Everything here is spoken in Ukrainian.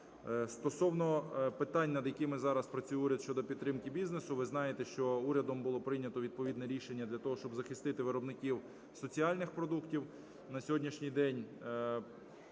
Стосовно питань, над якими зараз працює уряд щодо підтримки бізнесу. Ви знаєте, що урядом було прийнято відповідне рішення для того, щоб захистити виробників соціальних продуктів. На сьогоднішній день